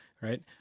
right